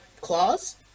claws